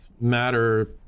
matter